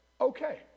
okay